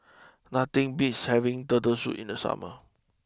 nothing beats having Turtle Soup in the summer